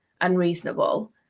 unreasonable